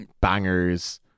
bangers